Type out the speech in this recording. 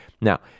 Now